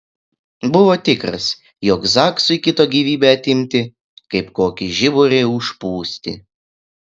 buvo tikras jog zaksui kito gyvybę atimti kaip kokį žiburį užpūsti